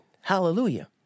Hallelujah